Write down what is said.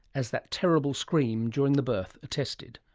as that terrible scream, during the birth, attested.